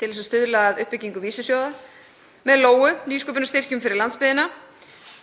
til þess að stuðla að uppbyggingu vísisjóða, með Lóu, nýsköpunarstyrkjum fyrir landsbyggðina,